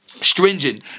stringent